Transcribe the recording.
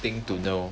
thing to know